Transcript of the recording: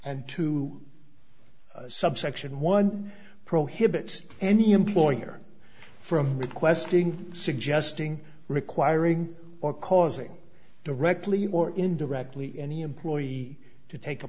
and two subsection one prohibits any employer from requesting suggesting requiring or causing directly or indirectly any employee to take a